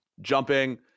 jumping